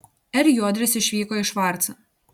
r juodris išvyko į švarcą